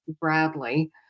bradley